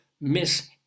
miss